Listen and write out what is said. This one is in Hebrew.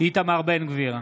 איתמר בן גביר,